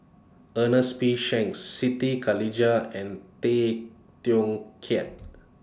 Ernest P Shanks Siti Khalijah and Tay Teow Kiat